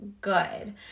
good